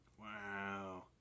Wow